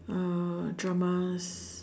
uh dramas